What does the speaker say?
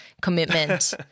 commitment